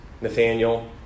Nathaniel